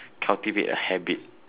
cultivate a habit